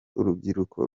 urubyiruko